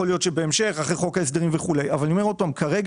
כרגע